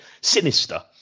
sinister